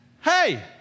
Hey